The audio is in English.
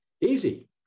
Easy